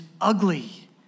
ugly